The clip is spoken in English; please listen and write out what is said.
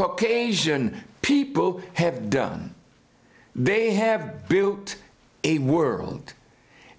a asian people have done they have built a world